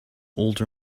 older